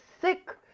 sick